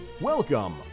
Welcome